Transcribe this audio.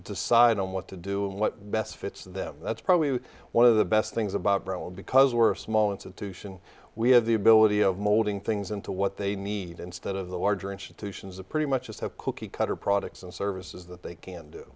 decide on what to do and what best fits them that's probably one of the best things about brown because we're a small institution we have the ability of molding things into what they need instead of the larger institutions of pretty much just have cookie cutter products and services that they can do